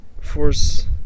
force